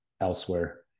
elsewhere